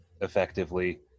effectively